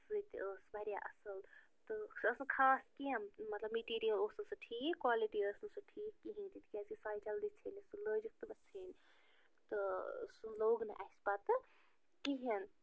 سُہ تہِ ٲس وارِیاہ اصٕل تہٕ سۄ ٲس نہٕ خاص کیٚنٛہہ مطلب مِٹیٖرل اوس نہٕ سُہ ٹھیٖک کالٹی ٲس نہٕ سُہ ٹھیٖک کِہیٖنۍ تہِ تِکیٛازِ کہِ سُہ آیہِ جلدی ژھیٚنِتھ سُہ لٲجِکھ تہٕ بس ژھیٚنۍ تہٕ سُہ لوٚگ نہٕ اَسہِ پتہٕ کِہیٖنۍ